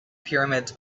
pyramids